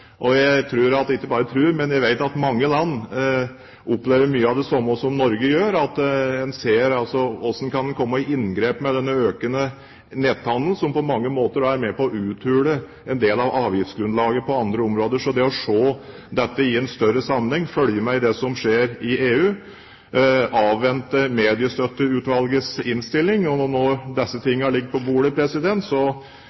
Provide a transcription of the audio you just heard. og jeg vet at mange land opplever mye av det samme som Norge gjør, at en spør seg hvordan en kan komme i inngrep med denne økende netthandelen, som på mange måter er med på å uthule en del av avgiftsgrunnlaget på andre områder. Så vi må se dette i en større sammenheng, følge med i det som skjer i EU, avvente Mediestøtteutvalgets innstilling, og når disse